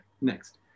next